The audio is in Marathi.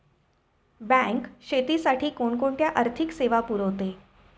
बँक शेतीसाठी कोणकोणत्या आर्थिक सेवा पुरवते?